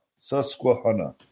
Susquehanna